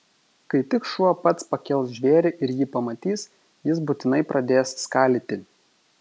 kai tik šuo pats pakels žvėrį ir jį pamatys jis būtinai pradės skalyti